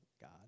God